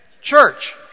church